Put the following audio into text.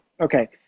Okay